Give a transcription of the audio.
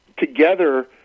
Together